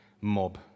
mob